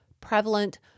prevalent